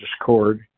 discord